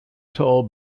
told